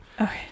Okay